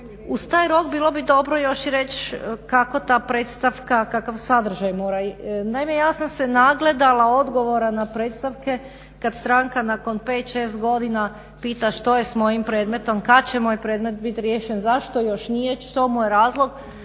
uz taj rok bilo bi dobro još reći kako ta predstavka kakav sadržaj mora. Naime, ja sam se nagledala odgovora na predstavke kada stranka nakon 5,6 godina pita što je s mojim predmetom, kada će moj predmet još nije, zašto još nije, što mu je razlog.